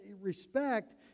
respect